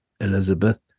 Elizabeth